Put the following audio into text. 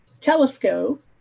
telescope